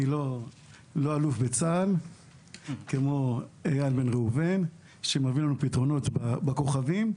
אני לא אלוף בצה"ל כמו איל בן ראובן שמבין בפתרונות בכוכבים.